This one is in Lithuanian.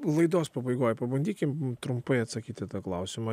laidos pabaigoj pabandykim trumpai atsakyt į tą klausimą